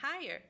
higher